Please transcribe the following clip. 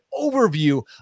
overview